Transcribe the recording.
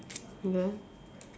then